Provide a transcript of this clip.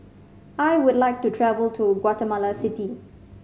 I would like to travel to Guatemala City